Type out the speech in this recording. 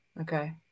okay